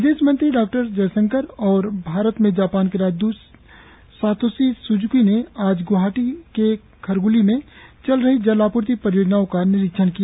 विदेश मंत्री डॉक्टर जयशंकर और भारत में जापान के राजद्रत सातोशी स्ज्की ने आज ग्वाहाटी के खरग्ली में चल रही जल आपूर्ति परियोजना का निरीक्षण किया